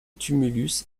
tumulus